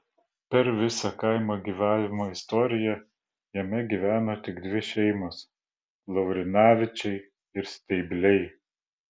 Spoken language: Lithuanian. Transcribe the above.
per visą kaimo gyvavimo istoriją jame gyveno tik dvi šeimos laurinavičiai ir steibliai